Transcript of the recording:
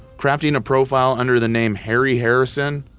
crafting profile under the name harry harrison,